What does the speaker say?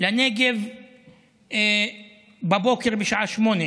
לנגב בבוקר בשעה 08:00,